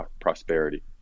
prosperity